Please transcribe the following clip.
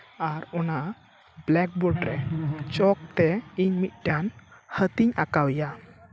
ᱟᱨ ᱚᱱᱟ ᱵᱞᱮᱠᱵᱳᱨᱰ ᱨᱮ ᱪᱚᱠᱛᱮ ᱤᱧ ᱢᱤᱫᱴᱟᱝ ᱦᱟᱹᱛᱤᱧ ᱟᱸᱠᱟᱣᱮᱭᱟ